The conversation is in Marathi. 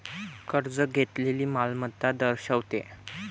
कर्ज घेतलेली मालमत्ता दर्शवते